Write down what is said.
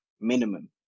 minimum